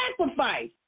sacrifice